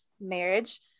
marriage